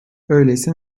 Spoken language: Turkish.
öyleyse